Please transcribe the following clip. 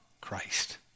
Christ